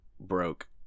broke